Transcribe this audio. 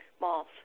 malls